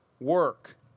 work